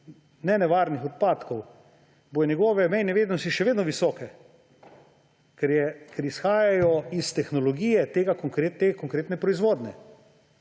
nenevarnih odpadkov, bodo njegove mejne vrednosti še vedno visoke, ker izhajajo iz tehnologije te konkretne proizvodnje.